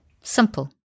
Simple